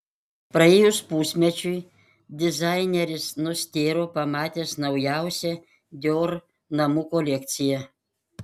praėjus pusmečiui dizaineris nustėro pamatęs naujausią dior namų kolekciją